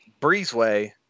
Breezeway